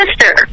sister